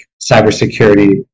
cybersecurity